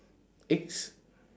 eggs